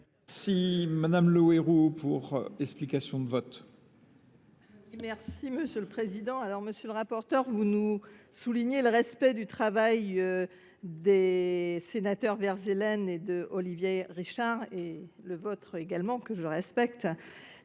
Merci madame Le Héro pour l'explication de vote. Merci monsieur le Président. Alors monsieur le rapporteur, vous nous soulignez le respect du travail des sénateurs versés. le sénateur Verzelen et de Olivier Richard et le vôtre également que je respecte.